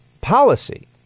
policy